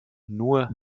nur